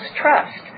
trust